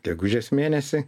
gegužės mėnesį